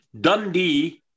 Dundee